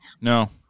No